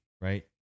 right